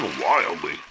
wildly